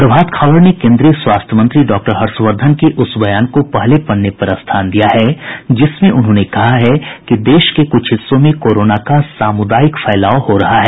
प्रभात खबर ने केन्द्रीय स्वास्थ्य मंत्री डॉक्टर हर्षवर्द्वन के उस बयान को पहले पन्ने पर स्थान दिया है जिसमें उन्होंने कहा है कि देश के कुछ हिस्सों कोरोना का सामुदायिक फैलाव हो रहा है